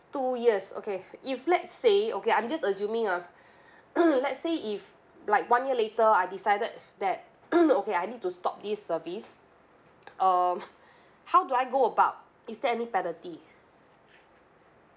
two years okay if let's say okay I'm just assuming ah let's say if like one year later I decided that okay I need to stop this service um how do I go about is there any penalty